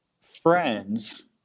friends